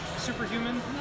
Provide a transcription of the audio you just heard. Superhuman